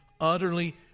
utterly